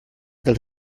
dels